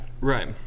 Right